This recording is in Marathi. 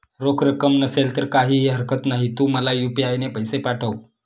रोख रक्कम नसेल तर काहीही हरकत नाही, तू मला यू.पी.आय ने पैसे पाठव